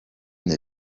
ile